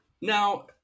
Now